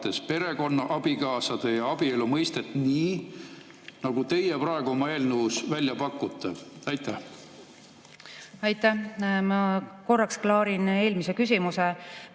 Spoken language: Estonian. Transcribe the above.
perekonna, abikaasade ja abielu mõistet nii, nagu teie praegu oma eelnõus välja pakute. Aitäh! Ma korraks klaarin eelmise küsimuse.